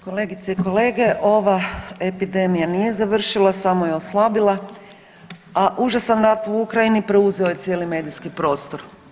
Kolegice i kolege ova epidemija nije završila, samo je oslabila, a užasan rat u Ukrajini preuzeo je cijeli medijski prostor.